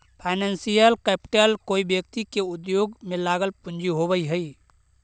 financial capital कोई व्यक्ति के उद्योग में लगल पूंजी होवऽ हई